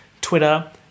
Twitter